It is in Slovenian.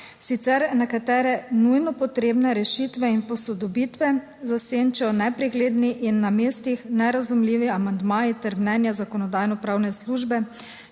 Sicer nekatere nujno potrebne rešitve in posodobitve zasenčijo nepregledni in na mestih nerazumljivi amandmaji ter mnenje Zakonodajno-pravne službe,